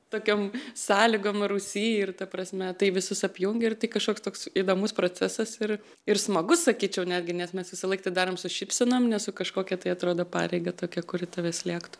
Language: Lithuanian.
tokiom sąlygom rūsy ir ta prasme tai visus apjungia ir tai kažkoks toks įdomus procesas ir ir smagus sakyčiau netgi nes mes visąlaik tą darom su šypsenom ne su kažkokia tai atrodo pareiga tokia kuri tave slėgtų